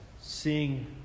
seeing